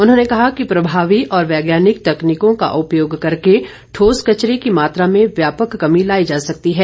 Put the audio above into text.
उन्होंने कहा कि प्रभावी और वैज्ञानिक तकनीकों का उपयोग करके ठोस कचरे की मात्रा में व्यापक कमी लाई जा सकती है